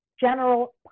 general